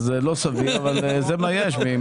לא סביר אבל זה מה יש.